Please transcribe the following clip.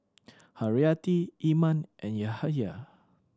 Haryati Iman and Yahaya